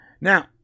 Now